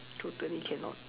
totally cannot